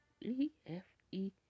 E-F-E